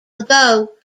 ago